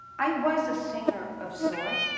i was a singer of sorts,